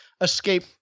escape